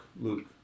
Luke